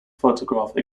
photograph